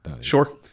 Sure